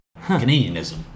Canadianism